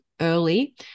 early